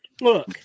look